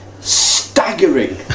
staggering